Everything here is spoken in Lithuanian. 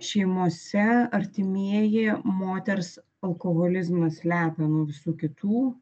šeimose artimieji moters alkoholizmą slepia nuo visų kitų